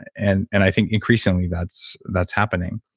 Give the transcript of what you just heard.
and and i think increasingly that's that's happening.